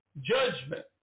judgment